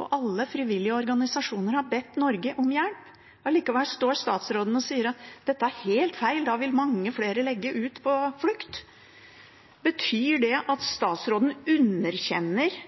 og alle frivillige organisasjoner har bedt Norge om hjelp. Allikevel står statsråden og sier at dette er helt feil, da vil mange flere legge ut på flukt. Betyr det at statsråden underkjenner